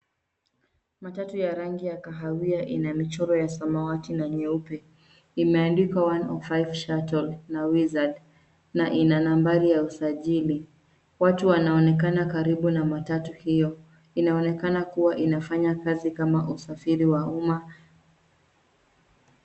Matatu ya rangi ya kahawia ina michoro ya samawati na nyeupe. Imeandikwa 105 shuttle na wizard ,na ina namba ya usajili. Watu wanaonekana karibu na matatu hiyo. Inaonekana kuwa inafanya kazi kama usafiri wa umma.